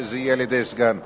שזה יהיה על-ידי סגן שר.